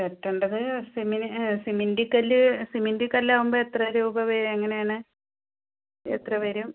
കെട്ടണ്ടത് cement cement കല്ല് cement കല്ലാകുമ്പോൾ എത്ര രൂപ വരും എങ്ങനെയാണ് എത്ര വരും